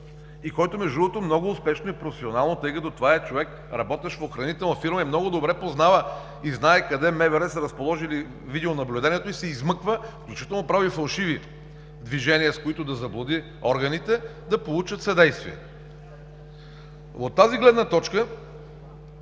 – между другото, много успешно и професионално, тъй като това е човек, работещ в охранителна фирма, много добре познава и знае къде МВР са разположили видеонаблюдението, и се измъква, включително прави фалшиви движения, с които да заблуди органите да получат съдействие. От тази гледна точка